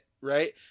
right